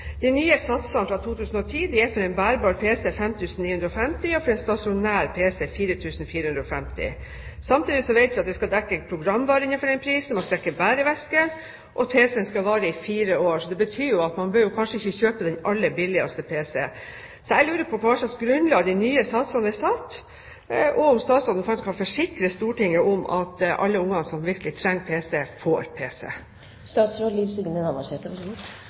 De nye satsene fra 2010 er for en bærbar pc 5 950 kr og for en stasjonær pc 4 450 kr. Samtidig vet vi at programvare skal dekkes innenfor den prisen. Den skal dekke bæreveske, og pc-en skal vare i fire år. Det betyr at man kanskje ikke bør kjøpe den aller billigste pc-en. Det jeg lurer på, er på hvilket grunnlag de nye satsene er satt, og om statsråden faktisk kan forsikre Stortinget om at alle unger som virkelig trenger pc, får